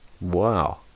Wow